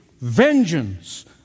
vengeance